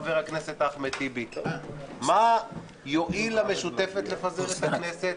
חבר הכנסת אחמד טיבי: מה יועיל למשותפת לפזר את הכנסת?